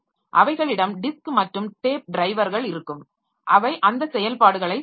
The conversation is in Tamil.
அவைகளிடம் டிஸ்க் மற்றும் டேப் டிரைவர்கள் இருக்கும் அவை அந்த செயல்பாடுகளைச் செய்யும்